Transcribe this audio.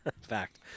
Fact